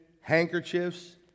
handkerchiefs